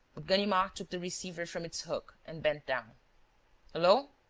ganimard took the receiver from its hook and bent down hullo.